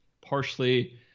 partially